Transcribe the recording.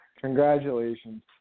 Congratulations